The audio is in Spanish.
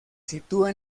sitúa